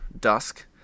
dusk